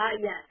yes